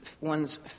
one's